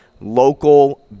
local